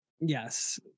Yes